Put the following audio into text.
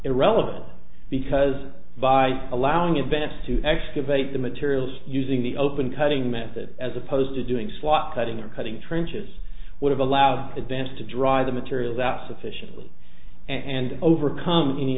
irrelevant because by allowing events to excavate the materials using the open cutting method as opposed to doing slot cutting or cutting trenches would have allowed advance to dry the materials out sufficiently and overcome any